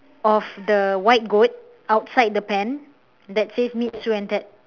of the white goat outside the pen that says meet sue and ted